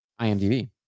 IMDb